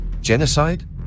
Genocide